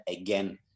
again